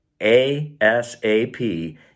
ASAP